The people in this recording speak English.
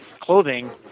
clothing